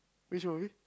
which movie